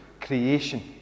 creation